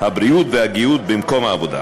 הבריאות והגהות במקום העבודה.